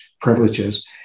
privileges